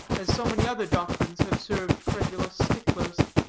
as so many other doctrines have served credulous sticklers.